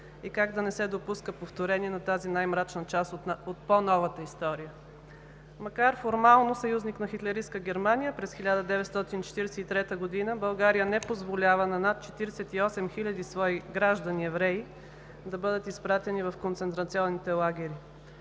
и как да не се допуска повторение на тази най-мрачна част от по-новата история. Макар формално съюзник на хитлеристка Германия през 1943 г., България не позволява над 48 хиляди свои граждани евреи да бъдат изпратени в концентрационните лагери.